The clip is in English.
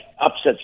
upsets